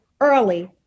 early